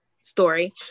story